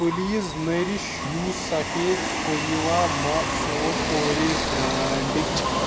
please نٔرِش یوٗ سفید کونیٖوا ما سوز کوریٖز برانڈٕچ